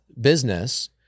business